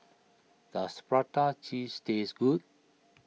does Prata Cheese taste good